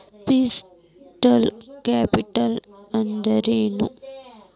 Fixed capital ಅಂದ್ರೇನು?